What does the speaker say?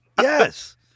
Yes